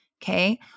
Okay